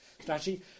strategy